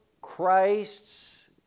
Christ's